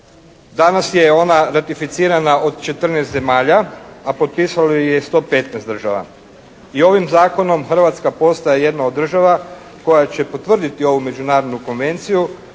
danas je ona ratificirana od 14 zemalja, a potpisalo ju je 115 država. I ovim zakonom Hrvatska postaje jedna od država koja će potvrditi ovu međunarodnu konvenciju